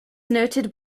noted